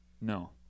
No